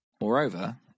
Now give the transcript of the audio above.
Moreover